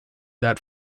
that